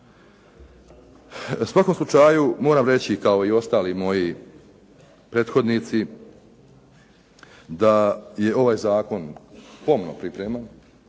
U svakom slučaju moram reći kao i ostali moji prethodnici, da je ovaj zakon pomno pripreman,